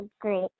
great